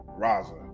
Raza